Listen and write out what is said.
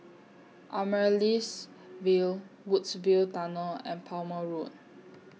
Amaryllis Ville Woodsville Tunnel and Palmer Road